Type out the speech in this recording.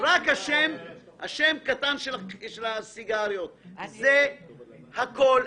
שם קטן של הסיגריות, זה הכול.